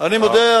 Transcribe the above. אני מודה,